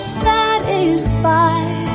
satisfied